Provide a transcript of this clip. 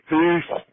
Peace